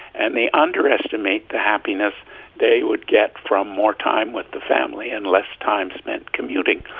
and they underestimate the happiness they would get from more time with the family and less time spent commuting.